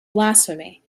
blasphemy